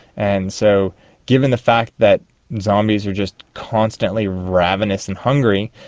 and so given the fact that zombies are just constantly ravenous and hungry,